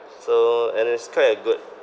so and it's quite a good